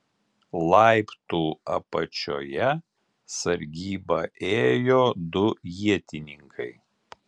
laiptų apačioje sargybą ėjo du ietininkai